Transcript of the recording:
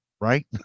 right